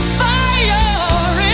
fire